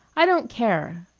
i don't care,